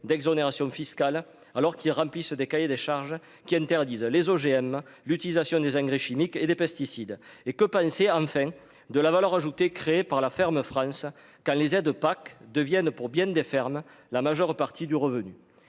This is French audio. d'exonération fiscale alors qu'ils remplissent des cahiers des charges qui interdisent les OGM, l'utilisation des engrais chimiques et des pesticides et que penser, enfin de la valeur ajoutée créée par la ferme France quand les aides PAC deviennent pour bien des fermes, la majeure partie du revenu :